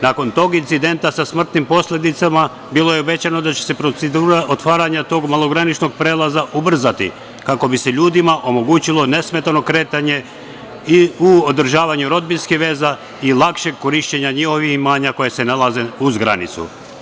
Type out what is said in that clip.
Nakon tog incidenta sa smrtnim posledicama bilo je rečeno da će se procedura otvaranja tog malograničnog prelaza ubrzati kako bi se ljudima omogućilo nesmetano kretanje u održavanju rodbinskih veza i lakšeg korišćenja njihovih imanja koja se nalaze uz granicu.